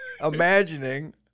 imagining